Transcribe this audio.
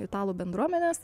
italų bendruomenes